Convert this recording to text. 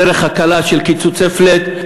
הדרך הקלה של קיצוצי flat,